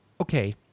okay